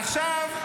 עכשיו,